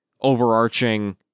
overarching